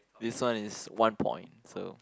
this one is one point so